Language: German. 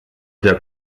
der